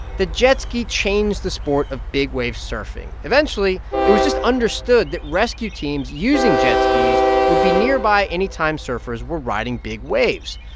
the jet ski changed the sport of big-wave surfing. eventually, it was just understood that rescue teams using jet skis would be nearby anytime surfers were riding big waves.